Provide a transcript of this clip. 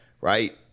Right